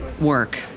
work